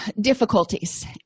difficulties